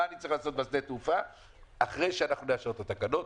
למה באתי ואמרתי להפיק לקחים מטעויות של שריפות קודמות?